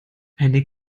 eine